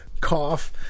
cough